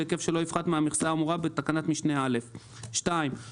בהיקף שלא יפחת מהמכסה האמורה בתקנת משנה (א); לא